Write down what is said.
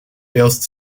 erst